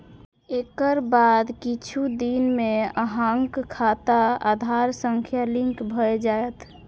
एकर बाद किछु दिन मे अहांक खाता आधार सं लिंक भए जायत